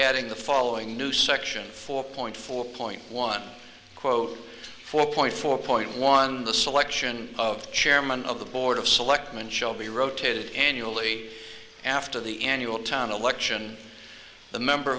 adding the following new section four point four point one quote four point four point one the selection of chairman of the board of selectmen shall be rotated annually after the annual town election the member